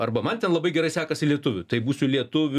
arba man ten labai gerai sekasi lietuvių tai būsiu lietuvių